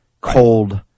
cold